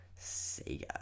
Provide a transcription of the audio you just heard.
sega